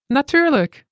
Natuurlijk